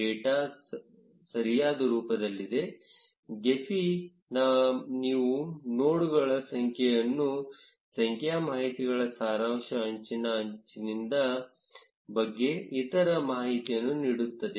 data ಸರಿಯಾದ ರೂಪದಲ್ಲಿದೆ Gephi ನೀವು ನೋಡ್ಗಳ ಸಂಖ್ಯೆಯನ್ನುಸಂಖ್ಯೆಮಾಹಿತಿಗಳ ಸಾರಾಂಶ ಅಂಚಿನ ಅಂಚಿನಿಂದ ಬಗ್ಗೆ ಇತರ ಮಾಹಿತಿ ನೀಡುತ್ತದೆ